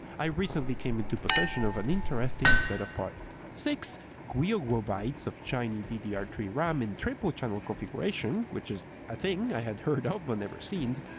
i recently came into possession of an interesting set of parts. six gwigwobyetes of shinny d d r three ram in triple channel configuration, which is a thing i had heard of but never seen,